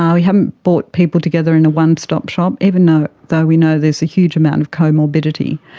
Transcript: um we haven't brought people together in a one-stop shop, even ah though we know there's a huge amount of comorbidity.